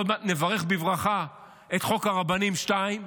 עוד מעט נברך בברכה את חוק הרבנים 2,